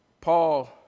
Paul